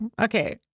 Okay